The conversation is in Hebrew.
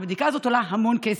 והבדיקה הזאת עולה המון כסף,